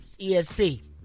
ESP